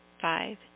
Five